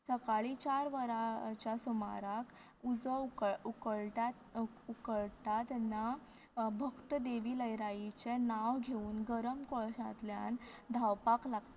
सकाळीं चार वराच्या सुमाराक उजो उकळ उकळटा उकळटा तेन्ना भक्त देवी लयराईचें नांव घेवून गरम कोळशांतल्यान धांवपाक लागतात